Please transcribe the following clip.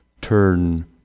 turn